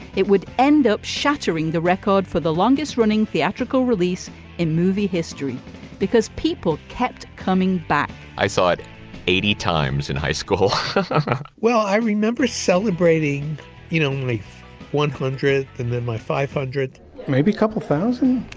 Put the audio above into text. it would end up shattering the record for the longest running theatrical release in movie history because people kept coming back i saw it eighty times in high school but well i remember celebrating you know only one hundred and then by five hundred maybe a couple of thousand